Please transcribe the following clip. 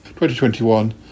2021